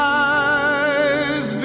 eyes